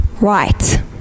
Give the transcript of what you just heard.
right